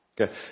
Okay